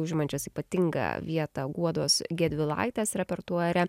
užimančios ypatingą vietą guodos gedvilaitės repertuare